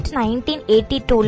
1982